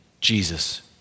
Jesus